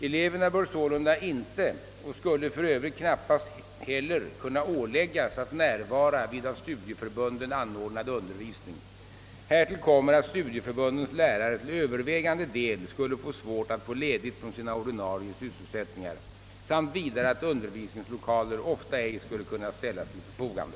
Eleverna bör sålunda inte och skulle för övrigt knappast heller kunna åläggas att närvara vid av studieförbunden anordnad undervisning. Härtill kommer att studieförbundens lärare till övervägande del skulle få svårt att få ledigt från sina ordinarie sysselsättningar samt vidare att undervisningslokaler ofta ej skulle kunna ställas till förfogande.